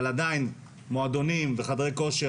אבל עדיין במועדונים וחדרי כושר